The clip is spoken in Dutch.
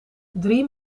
drie